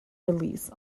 release